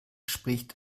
spricht